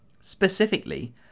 specifically